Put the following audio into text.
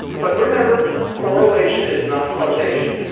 but remember, correlation is not causation.